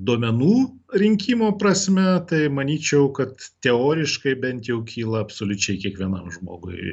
duomenų rinkimo prasme tai manyčiau kad teoriškai bent jau kyla absoliučiai kiekvienam žmogui